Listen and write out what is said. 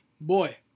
boy